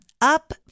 up